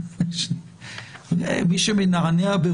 מי שמנענע פה